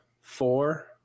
four